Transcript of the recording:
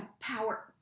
power